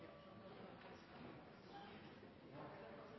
Ja, det